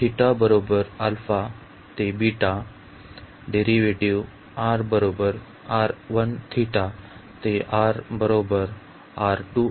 ही मर्यादा लिहू